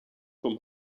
vom